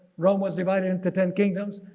rome was divided into ten kingdoms,